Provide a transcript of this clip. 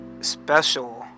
special